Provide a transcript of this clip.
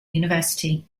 university